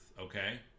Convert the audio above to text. Okay